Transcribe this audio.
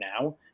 now